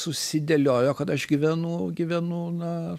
susidėliojo kad aš gyvenu gyvenu na